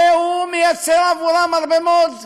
והוא מייצר עבורם הרבה מאוד קולות,